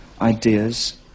ideas